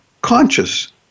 conscious